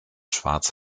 schwarz